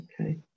Okay